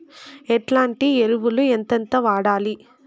ఎట్లాంటి ఎరువులు ఎంతెంత వాడాలి?